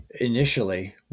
initially